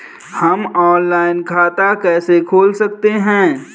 हम ऑनलाइन खाता कैसे खोल सकते हैं?